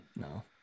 No